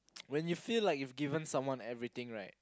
when you feel like you've given someone everything right